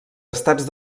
estats